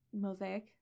mosaic